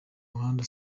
muhanda